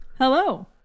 Hello